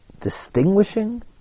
Distinguishing